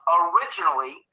originally